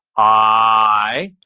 i,